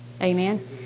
Amen